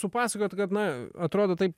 supasakojot kad na atrodo taip